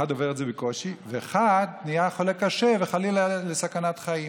אחד עובר את זה בקושי ואחד נהיה חולה קשה וחלילה בסכנת חיים.